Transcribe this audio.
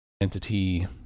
entity